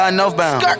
northbound